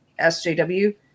SJW